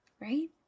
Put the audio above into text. right